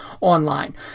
online